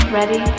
Ready